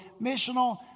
Missional